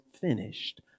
finished